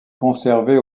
conservée